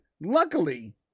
luckily